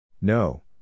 No